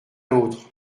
l’autre